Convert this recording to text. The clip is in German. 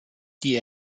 die